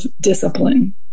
discipline